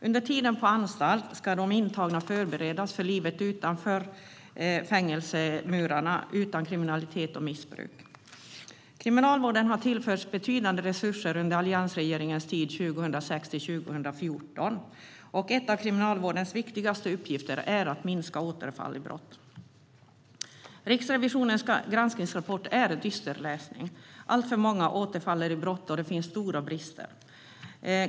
Under tiden på anstalt ska de intagna förberedas för livet utanför fängelsemurarna utan kriminalitet och missbruk. Kriminalvården tillfördes betydande resurser under alliansregeringens tid 2006-2014. En av kriminalvårdens viktigaste uppgifter är att minska återfallen i brott. Riksrevisionens granskningsrapport är dyster läsning. Alltför många återfaller i brott, och det finns stora brister.